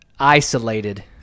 Isolated